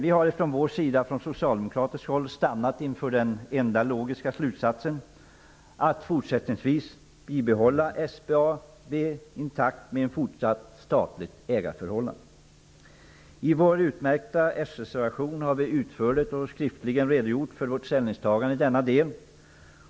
Vi har slutligen från socialdemokratiskt håll stannat inför den enda logiska slutsatsen, nämligen att vi fortsättningsvis skall bibehålla SBAB intakt med ett statligt ägarförhållande. I vår utmärkta s-reservation har vi utförligt redogjort för vårt ställningstagande i denna del.